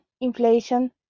inflation